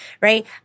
right